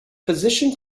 position